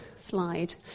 slide